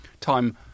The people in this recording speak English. Time